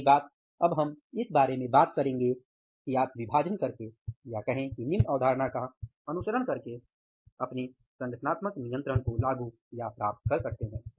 अगली बात हम इस बारे में बात करेंगे कि आप विभाजन करके या कहे कि निम्न अवधारणा का अनुसरण करके संगठनात्मक नियंत्रण को लागू या प्राप्त कर सकते हैं